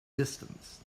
distance